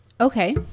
Okay